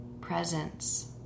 presence